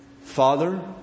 Father